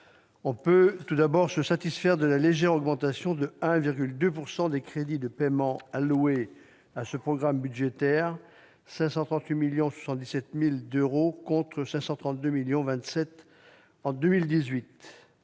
On peut tout d'abord se satisfaire de la légère augmentation de 1,2 % des crédits de paiement alloués à ce programme budgétaire, puisqu'ils passent à 538,7 millions d'euros, contre 532,27 millions d'euros